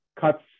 cuts